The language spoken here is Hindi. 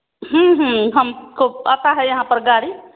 हम्म हम्म हमको पता है यहाँ पर गाड़ी